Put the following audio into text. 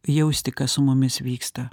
jausti kas su mumis vyksta